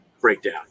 breakdown